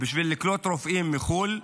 בשביל לקלוט רופאים מחו"ל,